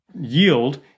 yield